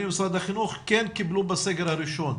ממשרד החינוך שכן קיבלו בסגר הראשון,